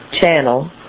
channel